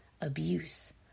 abuse